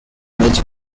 which